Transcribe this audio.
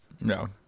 No